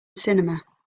cinema